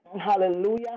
hallelujah